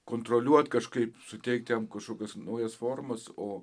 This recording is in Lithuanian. kontroliuot kažkaip suteikti kažkokias naujas formas o